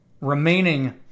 remaining